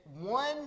one